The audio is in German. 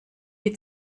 wie